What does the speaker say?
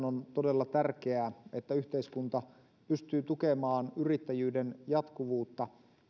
on todella tärkeää että yhteiskunta pystyy tukemaan yrittäjyyden jatkuvuutta